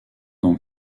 dans